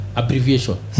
abbreviation